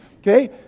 Okay